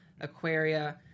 Aquaria